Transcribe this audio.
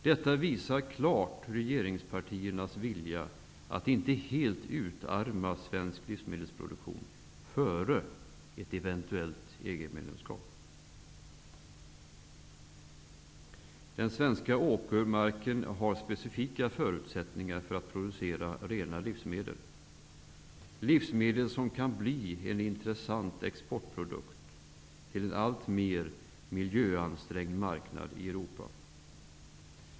Detta visar klart regeringspartiernas vilja att inte helt utarma svensk livsmedelsproduktion före ett eventuellt EG-medlemskap. Den svenska åkermarken har specifika förutsättningar för att producera rena livsmedel som kan bli en intressant exportprodukt till en alltmer miljöansträngd marknad i Europa.